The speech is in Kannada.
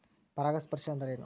ಪರಾಗಸ್ಪರ್ಶ ಅಂದರೇನು?